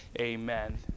Amen